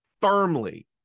firmly